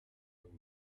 than